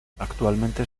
actualmente